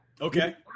Okay